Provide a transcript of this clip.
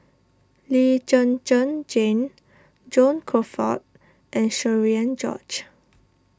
Lee Zhen Zhen Jane John Crawfurd and Cherian George